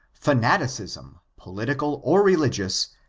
fanaticism, political or religious,